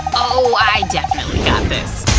oh, i definitely got this.